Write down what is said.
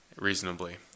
reasonably